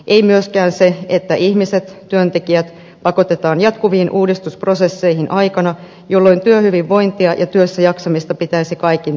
ei myöskään se että ihmiset työntekijät pakotetaan jatkuviin uudistusprosesseihin aikana jolloin työhyvinvointia ja työssäjaksamista pitäisi kaikin tavoin tukea